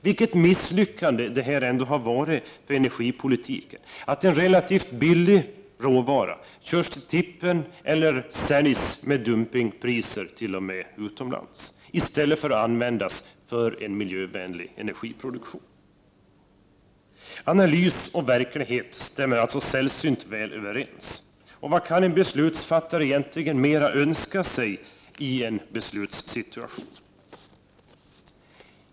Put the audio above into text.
Vilket misslyckande det här ändå har varit för energipolitiken, att en relativt billig råvara körs till tippen eller säljs utomlands — med dumpingpriser t.o.m. —i stället för att användas för en miljövänlig energiproduktion! Analys och verklighet stämmer alltså sällsynt väl överens. Vad kan en beslutsfattare egentligen mera önska sig i en beslutssituation?